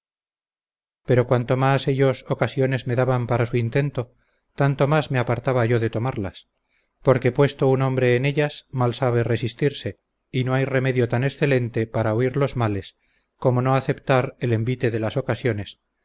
pero cuanto más ellos ocasiones me daban para su intento tanto más me apartaba yo de tomarlas porque puesto un hombre en ellas mal sabe resistirse y no hay remedio tan excelente para huir los males como no aceptar el envite de las ocasiones